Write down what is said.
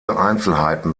einzelheiten